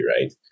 right